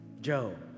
Joe